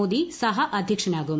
Modi സഹഅധ്യക്ഷനാകും